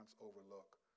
overlook